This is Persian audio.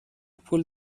پول